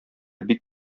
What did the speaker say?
бик